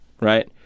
right